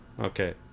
Okay